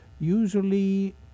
Usually